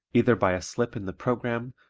either by a slip in the program,